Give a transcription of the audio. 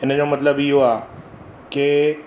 हिन जो मतिलबु इहो आहे के